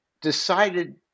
decided